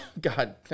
God